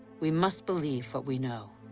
we must believe what we know.